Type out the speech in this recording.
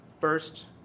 first